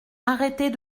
arrêtez